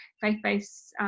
faith-based